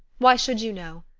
why should you know?